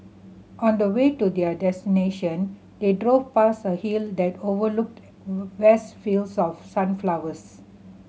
on the way to their destination they drove past a hill that overlooked vast fields of sunflowers